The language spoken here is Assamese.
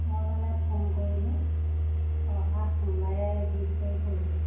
মই মানে ফোন কৰিলোঁ অহা সোমবাৰে বিছ তাৰিখ পৰিব